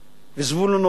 וזבולון אורלב,